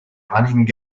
running